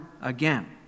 again